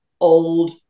old